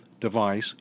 device